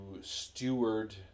steward